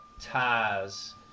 ties